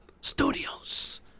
Studios